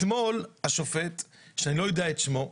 אתמול השופט, שאני לא יודע את שמו,